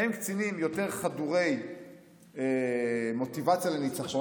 הם קצינים יותר חדורי מוטיבציה לניצחון.